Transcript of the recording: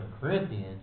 Corinthians